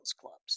clubs